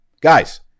Guys